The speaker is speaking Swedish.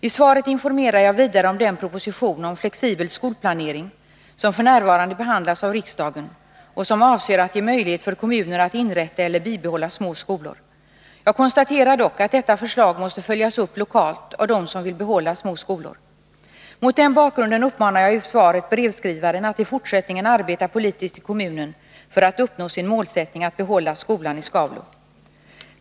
I svaret informerar jag vidare om den proposition om flexibel skolplanering som f. n. behandlas av riksdagen och som avser att ge möjlighet för kommuner att inrätta eller bibehålla små skolor. Jag konstaterar dock att detta förslag måste följas upp lokalt av dem som vill behålla små skolor. Mot den bakgrunden uppmanar jagi svaret brevskrivaren att i fortsättningen arbeta politiskt i kommunen för att uppnå sitt mål, att behålla skolan i Skaulo.